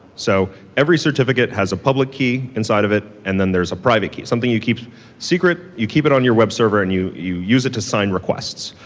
so every certificate has a public key inside of it and then there's a private key, something you keep secret, you keep it on your web server and you you use it to sign requests.